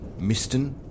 Miston